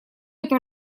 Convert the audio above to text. эта